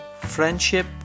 Friendship